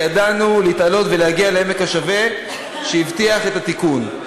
ידענו להתעלות ולהגיע לעמק השווה שהבטיח את התיקון.